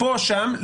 פה ושם.